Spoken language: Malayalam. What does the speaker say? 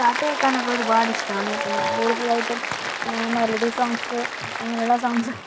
പാട്ട് കേൾക്കാനൊക്കെ ഒരുപാട് ഇഷ്ടമാണ് അപ്പോൾ ഞാൻ കൂടുതലായിട്ടും മെലഡി സോങ്സ് അങ്ങനെയുള്ള സോങ്സൊക്കെ